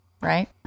Right